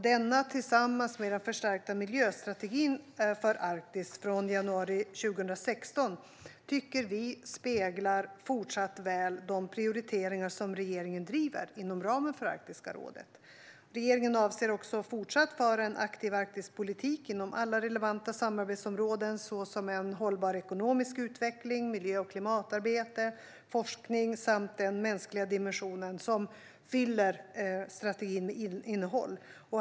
Denna tillsammans med den förstärkta miljöstrategin för Arktis från januari 2016 tycker vi fortsatt väl speglar de prioriteringar som regeringen driver inom ramen för Arktiska rådet. Regeringen avser att även fortsatt föra en aktiv Arktispolitik inom alla relevanta samarbetsområden såsom hållbar ekonomisk utveckling, miljö och klimatarbete, forskning samt den mänskliga dimensionen som fyller strategin med innehåll.